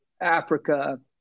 africa